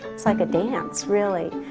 it's like a dance, really,